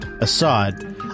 Assad